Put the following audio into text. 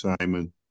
Simon